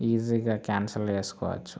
ఈజీగా క్యాన్సల్ చేసుకోవచ్చు